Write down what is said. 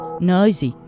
noisy